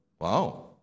Wow